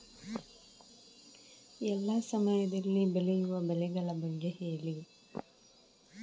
ಎಲ್ಲಾ ಸಮಯದಲ್ಲಿ ಬೆಳೆಯುವ ಬೆಳೆಗಳ ಬಗ್ಗೆ ಹೇಳಿ